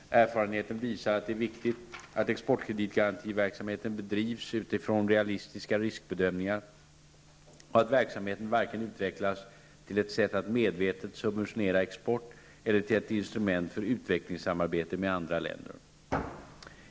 Erfarenheten visar att det är viktigt att exportkreditgarantiverksamheten bedrivs utifrån realistiska riskbedömningar och att verksamheten varken utvecklas till ett sätt att medvetet subventionera export eller till ett instrument för utvecklingssamarbete med andra länder.